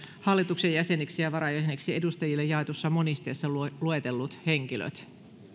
hallituksen jäseniksi ja varajäseniksi edustajille jaetussa monisteessa luetellut henkilöt